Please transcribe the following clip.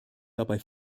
dabei